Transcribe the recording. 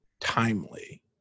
timely